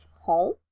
home